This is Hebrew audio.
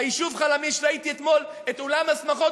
ביישוב חלמיש ראיתי אתמול את אולם השמחות,